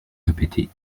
répété